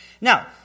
Now